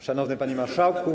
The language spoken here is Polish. Szanowny Panie Marszałku!